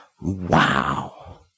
wow